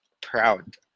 proud